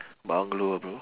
bungalow ah bro